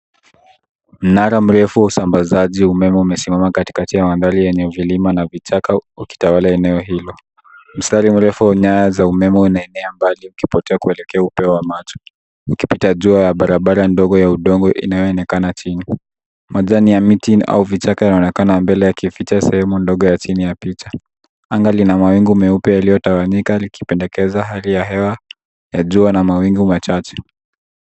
Mnara mrefu wa usambazaji wa umeme umesimama katikati ya mandhari yenye vilima na vichaka ukitawala eneo hilo. Mstari mrefu wa nyaya za umeme una enea mbali ukipotea kuelekea upeo wa macho. Ukipita jua ya barabara ndogo ya udongo inayoonekana chini. Majani ya miti au vichaka inaonekana mbele yakificha sehemu ndogo ya chini ya picha. Anga lina mawingu meupe yalio tawanyika likipendekeza hali ya hewa ya jua na mawingu machache.